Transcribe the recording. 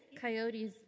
coyotes